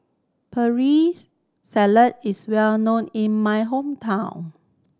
salad is well known in my hometown